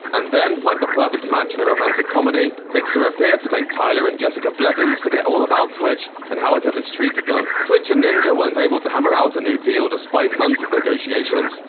and then, like the perfect match in a romantic comedy, mixer appeared to make tyler and jessica blevins forget all about twitch and how it had mistreated them. twitch and ninja weren't able to hammer out a new deal despite months of negotiations.